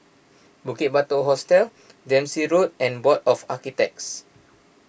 Bukit Batok Hostel Dempsey Road and Board of Architects